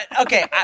okay